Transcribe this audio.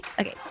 okay